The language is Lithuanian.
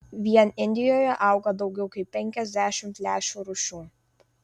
vien indijoje auga daugiau kaip penkiasdešimt lęšių rūšių